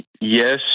Yes